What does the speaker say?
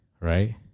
Right